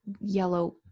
yellow